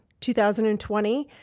2020